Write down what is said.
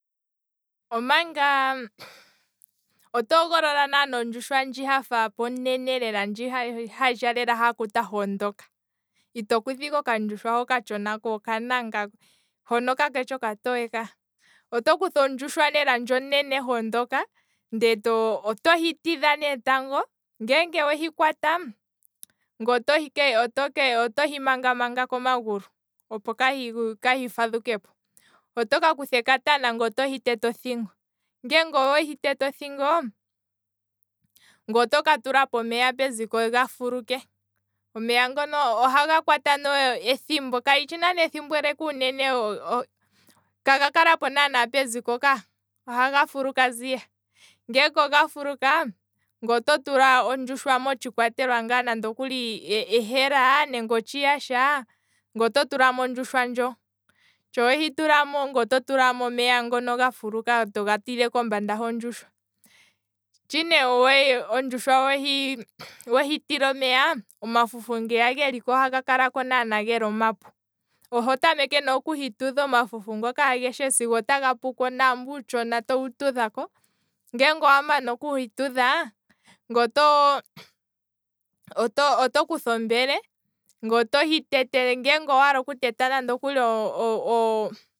Omanga, oto hogolola ne ondjushwa ndji hafa onene halya lela hakuta hoondoka, ito kutha ike okandjushwa ha okatshona kookananga, hono kakeshi oka towe ka, oto kutha ondjushwa ndji onene hoondoka, otohi tidha ne tango ngeenge wehi kwata, ngwee oto hi manga komagulu opo kahi kahi fadhukepo, otoka kutha ekatana ngweye otohi tete othingo, ngeenge owehi tete othingo, ngweye otoka tulapo omeya ga fuluke, omeya ihaga kwata naana ethimbo eleka uunene kaga kalapo naana uunene peziko ka, ngeenge oga fuluka ngwee oto tula ondjushwa motshikwatelwa, nande ehela nenge otshiyasha ngwee oto tulamo ondjushwa ndjoo, sha ne wehi tulamo. ngweye oto tulamo omeya ngoka omapyu to tile kombanda hondjushwa ho, shaa ne ondjushwa wehi tile omeya, omafufu ngeya ohaga kalako ne gomapu oho tameke ne okutudha omafufu ageshe naambu uutshona towu tudhako, ngwee oto kutha ombele ngweye otohi tete. ngeenge owaala oku teta nande